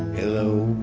hello